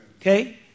Okay